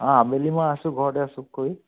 অ' আবেলি মই আছোঁ ঘৰতেই আছোঁ খুৰী